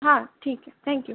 हा ठीक आहे थॅंक्यू